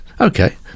okay